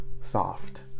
soft